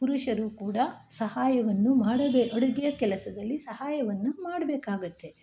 ಪುರುಷರೂ ಕೂಡ ಸಹಾಯವನ್ನು ಮಾಡಬೇ ಅಡುಗೆಯ ಕೆಲಸದಲ್ಲಿ ಸಹಾಯವನ್ನು ಮಾಡಬೇಕಾಗತ್ತೆ